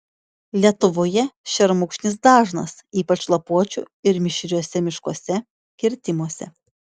lietuvoje šermukšnis dažnas ypač lapuočių ir mišriuose miškuose kirtimuose